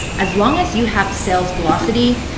as long as you have sales velocity,